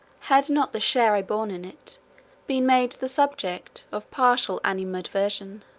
had not the share i bore in in it been made the subject of partial animadversion,